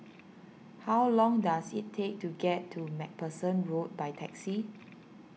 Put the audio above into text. how long does it take to get to MacPherson Road by taxi